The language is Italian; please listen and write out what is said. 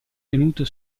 tenuto